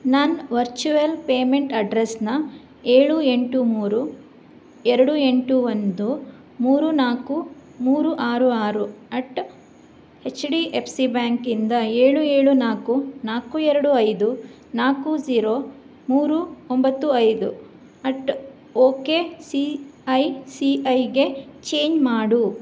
ನನ್ನ virtual payment ಅಡ್ರಸ್ನ ಏಳು ಎಂಟು ಮೂರು ಎರಡು ಎಂಟು ಒಂದು ಮೂರು ನಾಲ್ಕು ಮೂರು ಆರು ಆರು at H D F C ಬ್ಯಾಂಕಿಂದ ಏಳು ಏಳು ನಾಲ್ಕು ನಾಲ್ಕು ಎರಡು ಐದು ನಾಲ್ಕು ಝೀರೊ ಮೂರು ಒಂಬತ್ತು ಐದು at ok C I C ಐಗೆ ಚೇಂಜ್ ಮಾಡು